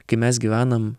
kai mes gyvenam